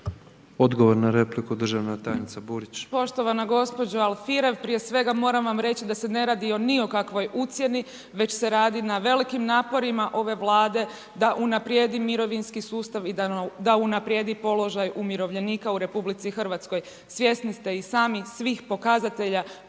Odgovor na repliku državna tajnica Burić.